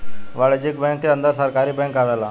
वाणिज्यिक बैंक के अंदर सरकारी बैंक आवेला